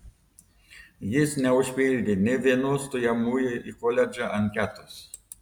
jis neužpildė nė vienos stojamųjų į koledžą anketos